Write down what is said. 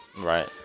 right